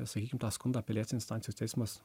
sakykim tą skundą apeliacinės instancijos teismas